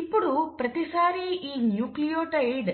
ఇప్పుడు ప్రతిసారీ ఈ న్యూక్లియోటైడ్